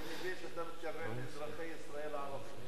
אני מבין שאתה מתכוון לאזרחי ישראל הערבים.